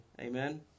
Amen